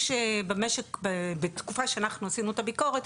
יש במשק בתקופה שאנחנו עשינו את הביקורת,